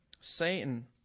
Satan